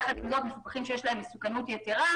יחד עם זאת מפוקחים שיש להם מסוכנות יתרה,